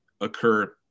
occur